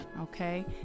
okay